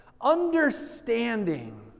Understanding